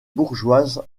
bourgeoise